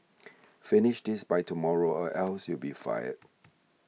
finish this by tomorrow or else you'll be fired